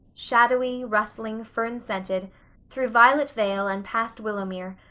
shadowy, rustling, fern-scented, through violet vale and past willowmere,